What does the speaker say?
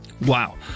Wow